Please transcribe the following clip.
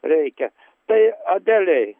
reikia tai adelei